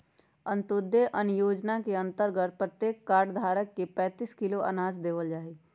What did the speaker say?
अंत्योदय अन्न योजना के अंतर्गत प्रत्येक कार्ड धारक के पैंतीस किलो अनाज देवल जाहई